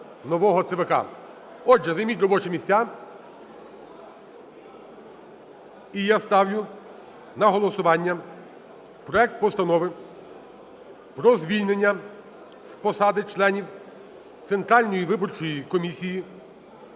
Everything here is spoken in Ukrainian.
Отже, займіть робочі місця. І я ставлю на голосування проект Постанови про звільнення з посади членів Центральної виборчої комісії